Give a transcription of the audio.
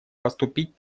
поступить